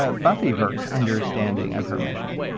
ah buffyverse understanding of her mission.